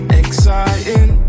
exciting